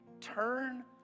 turn